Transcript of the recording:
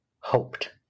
hoped